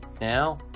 Now